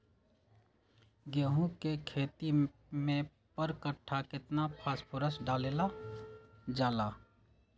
गेंहू के खेती में पर कट्ठा केतना फास्फोरस डाले जाला?